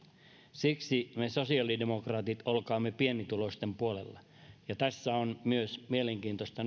siksi me sosialidemokraatit olkaamme pienituloisten puolella ja tässä on myös mielenkiintoista